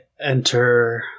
enter